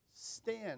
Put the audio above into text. stand